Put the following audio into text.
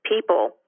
People